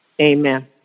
Amen